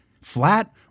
flat